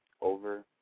over